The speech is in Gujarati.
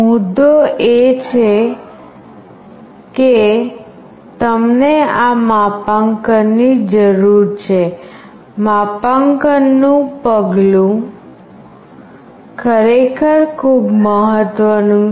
મુદ્દો એ છે કે તમને આ માપાંકન ની જરૂર છે માપાંકન નું પગલું ખરેખર ખૂબ મહત્વનું છે